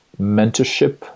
mentorship